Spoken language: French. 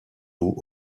bout